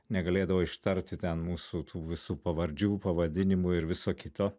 negalėdavo ištarti ten mūsų tų visų pavardžių pavadinimų ir viso kito